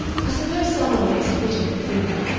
i suppose some one makes a bit on the food,